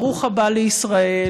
ברוך הבא לישראל,